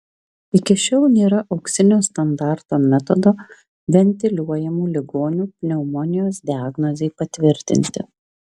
iki šiol nėra auksinio standarto metodo ventiliuojamų ligonių pneumonijos diagnozei patvirtinti